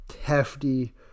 hefty